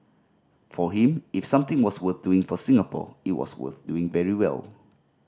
for him if something was worth doing for Singapore it was worth doing very well